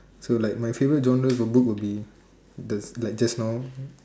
so like my favorite genres of book would be like just now